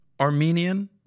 Armenian